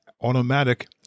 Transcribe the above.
automatic